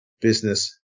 Business